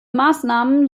maßnahmen